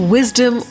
Wisdom